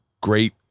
great